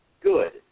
good